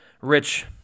rich